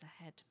ahead